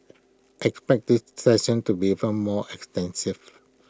expect these sessions to be even more extensive